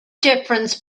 difference